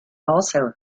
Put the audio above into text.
also